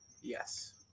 Yes